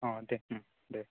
अ दे उम दे